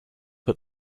put